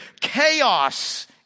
Chaos